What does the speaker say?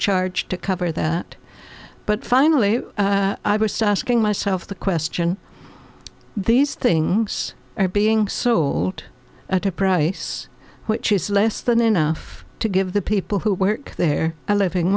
charge to cover that but finally asking myself the question these things are being sold at a price which is less than enough to give the people who work there a living